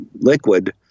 liquid